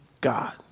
God